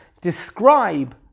describe